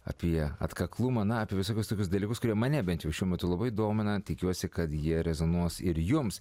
apie atkaklumą na apie visokius tokius dalykus kurie mane bent jau šiuo metu labai domina tikiuosi kad jie rezonuos ir jums